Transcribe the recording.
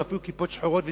ואפילו כיפות שחורות וזקנים.